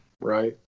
right